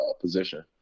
position